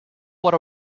what